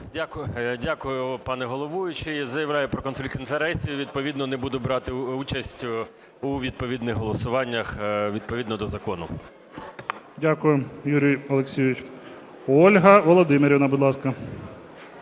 Дякую, пане головуючий. Заявляю про конфлікт інтересів, відповідно не буду брати участь у відповідних голосуваннях відповідно до закону. ГОЛОВУЮЧИЙ. Дякую, Юрій Олексійович. Ольга Володимирівна, будь ласка.